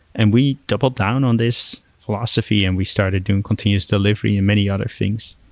and we doubled down on this philosophy and we started doing continuous delivery and many other things.